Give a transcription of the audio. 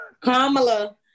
Kamala